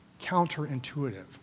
counterintuitive